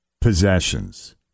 possessions